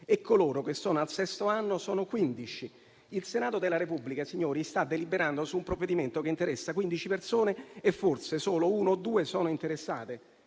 E coloro che sono al sesto anno sono 15. Il Senato della Repubblica, signori, sta deliberando su un provvedimento che interessa 15 persone, di cui - forse - solo una o due interessate.